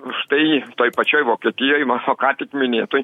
štai toj pačioj vokietijoj mano ką tik minėtu